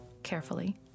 carefully